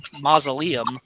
mausoleum